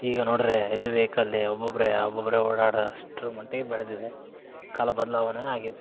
ಈಗ ನೋಡ್ರೆ ಎಲ್ಲಿ ಬೇಕಲ್ಲಿ ಒಬ್ಬೊಬ್ಬರು ಒಬ್ಬೊಬ್ಬರು ಓಡಾಡೋ ಅಷ್ಟರ ಮಟ್ಟಿಗೆ ಬೆಳೆದಿದೆ ಕಾಲ ಬದಲಾವಣೆ ಆಗಿದೆ